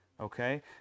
okay